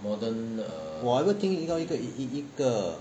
我 ever 听一个其中一个